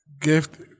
Gift